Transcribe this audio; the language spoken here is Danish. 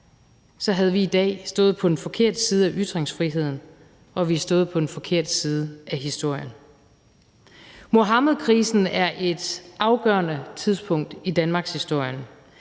Så havde vi i dag stået på den forkerte side af ytringsfriheden, og vi havde stået på den forkerte side af historien. Muhammedkrisen er et afgørende tidspunkt i danmarkshistorien.